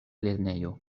lernejo